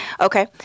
Okay